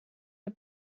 der